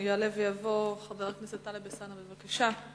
יעלה ויבוא חבר הכנסת טלב אלסאנע, בבקשה.